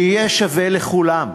יהיה שווה לכולם: